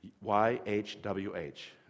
Y-H-W-H